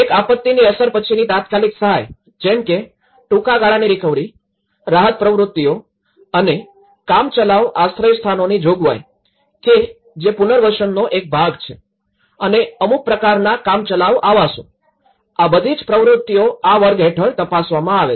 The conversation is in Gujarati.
એક આપત્તિની અસર પછીની તાત્કાલિક સહાય જેમ કે ટૂંકા ગાળાની રિકવરી રાહત પ્રવૃતિઓ અને કામચલાઉ આશ્રયસ્થાનોની જોગવાઈ કે જે પુનર્વસનનો એક ભાગ છે અને અમુક પ્રકારના કામચલાઉ આવાસો આ બધીજ પ્રવૃતિઓ આ વર્ગ હેઠળ તપાસવામાં આવે છે